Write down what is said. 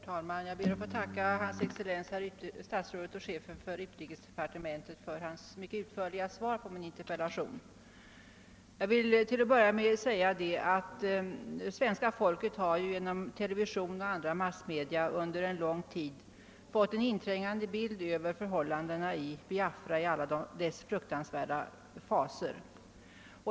Herr talman! Jag ber att få tacka hans excellens herr utrikesministern för hans mycket utförliga svar på min interpellation. Jag vill börja med att säga att svenska folket genom television och andra massmedia under lång tid fått en inträngande bild av konflikten i Biafra i alla dess fruktansvärda faser.